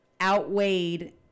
outweighed